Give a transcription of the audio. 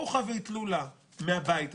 חוכא ואיטלולא מהבית הזה,